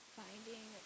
finding